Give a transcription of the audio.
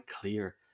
clear